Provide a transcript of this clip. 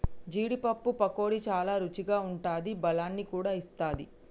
జీడీ పప్పు పకోడీ చాల రుచిగా ఉంటాది బలాన్ని కూడా ఇస్తది